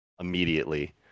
immediately